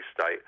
state